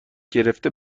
گرفته